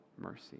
mercy